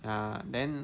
ya then